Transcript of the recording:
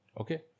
Okay